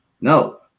no